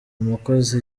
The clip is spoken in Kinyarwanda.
umukozi